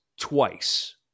twice